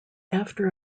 after